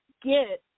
get